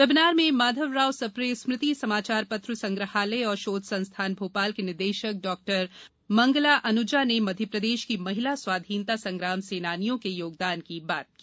webinar में माधव राव सप्रे स्मृति समाचार श्त्र संग्रहालय एवं शोध संस्थान भो ाल की निदेशक डॉ मंगला अन्जा ने मध्य प्रदेश की महिला स्वाधीनता संग्राम सेनानियों के योगदान की बात की